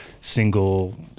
single